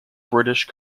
british